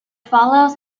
follows